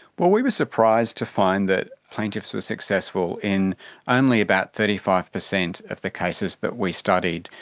well, we were surprised to find that plaintiffs were successful in only about thirty five percent of the cases that we studied.